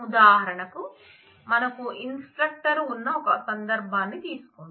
ఉదాహరణకు మనకు ఇన్స్ట్రక్టర్ ఉన్న ఒక సందర్భాన్ని తీసుకోండి